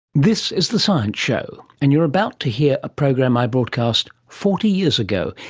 this is the science show, and you're about to hear a program i broadcast forty years ago,